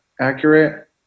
accurate